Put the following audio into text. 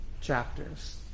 chapters